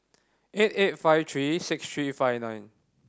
eight eight five three six three five nine